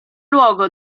luogo